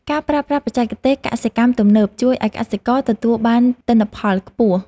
ការប្រើប្រាស់បច្ចេកទេសកសិកម្មទំនើប ជួយឱ្យកសិករទទួលបានទិន្នផលខ្ពស់។